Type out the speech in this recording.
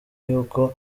y’uko